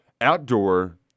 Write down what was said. outdoor